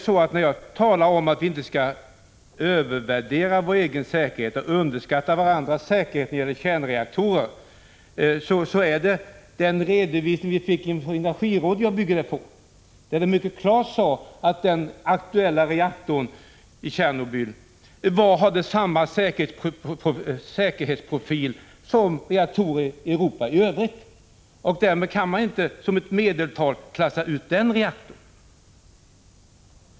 Mitt uttalande om att vi inte skall övervärdera vår egen säkerhet och underskatta andras när det gäller kärnreaktorer bygger på den redovisning som vi har fått från Energirådet. Där sade man mycket klart att den aktuella reaktorn i Tjernobyl hade samma säkerhetsprofil som reaktorer i Europa i övrigt. Därmed kan man inte vid en genomsnittsbedömning klassa ut den reaktorn.